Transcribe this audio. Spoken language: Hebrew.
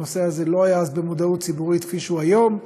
הנושא הזה לא היה אז במודעות ציבורית כפי שהוא היום,